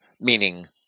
meaning